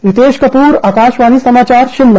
रितेश कपूर आकाशवाणी समाचार शिमला